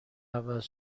عوض